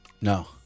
No